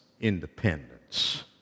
independence